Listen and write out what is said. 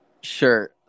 sure